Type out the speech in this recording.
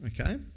okay